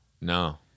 No